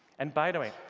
and by the way,